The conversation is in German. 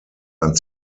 ein